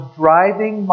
driving